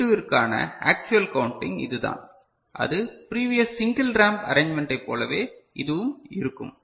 D 2 விற்கான actual counting இதுதான் அது பிரிவியஸ் சிங்கிள் ரேம்ப் அரேஞ்ச்மண்டை போலவே இதுவும் இருக்கும்